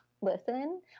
listen